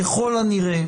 ככל הנראה.